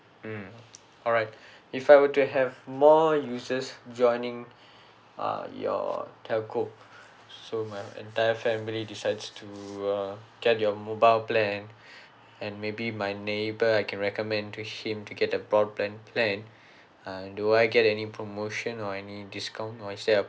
mm alright if I were to have more users joining uh your telco so my entire family decides to uh get your mobile plan and maybe my neighbours I can recommend to him to get the broadband plan uh do I get any promotion or any discount or is there a